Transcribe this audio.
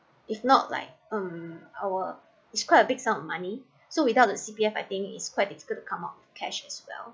if not like um our is quite big sum of money so without the C_P_F I think is quite difficult to come up cash as well